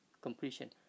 completion